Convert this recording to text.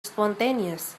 spontaneous